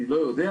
אני לא יודע,